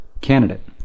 candidate